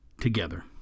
together